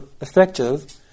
effective